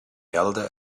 elder